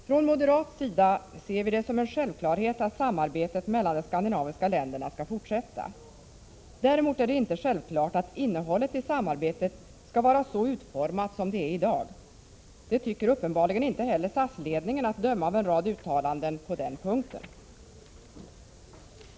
Från moderat sida ser vi det som en självklarhet att samarbetet mellan de skandinaviska länderna skall fortsätta. Däremot är det inte självklart att innehållet i samarbetet skall vara så utformat som det är i dag. Det tycker uppenbarligen inte heller SAS-ledningen, att döma av en rad uttalanden på den punkten.